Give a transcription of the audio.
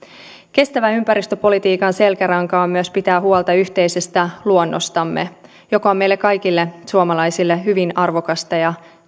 kestävän ympäristöpolitiikan selkäranka on myös pitää huolta yhteisestä luonnostamme joka on meille kaikille suomalaisille hyvin arvokas ja